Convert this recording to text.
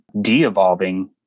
de-evolving